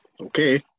okay